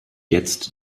jetzt